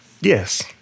yes